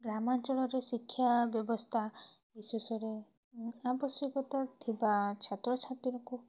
ଗ୍ରାମାଞ୍ଚଳରେ ଶିକ୍ଷା ବ୍ୟବସ୍ଥା ଶେଷରେ ଆବଶ୍ୟକତା ଥିବା ଛାତ୍ରଛାତ୍ରୀକୁ